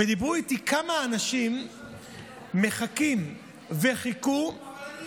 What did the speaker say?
על כמה אנשים מחכים וחיכו, אבל אני איתך.